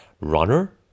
runner